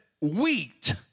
Wheat